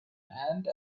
and